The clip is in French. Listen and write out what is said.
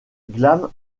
glam